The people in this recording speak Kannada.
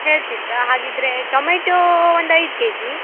ಹೇಳ್ತಿದ್ರಾ ಹಾಗಿದ್ದರೆ ಟೊಮೇಟೋ ಒಂದು ಐದು ಕೆಜಿ